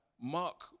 Mark